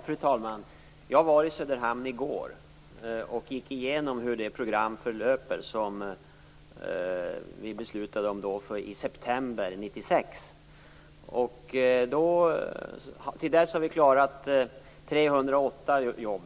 Fru talman! Jag var i Söderhamn i går och gick igenom hur det program förlöper som vi beslutade om i september 1996. Det är riktigt att vi hittills har klarat 308 jobb.